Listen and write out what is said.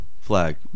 flag